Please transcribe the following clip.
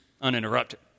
uninterrupted